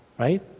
Right